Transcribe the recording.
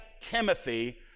Timothy